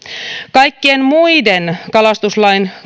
kaikkien muiden kalastuslain